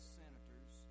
senators